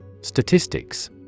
Statistics